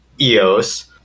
Eos